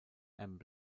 and